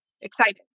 excited